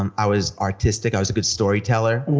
um i was artistic, i was a good storyteller.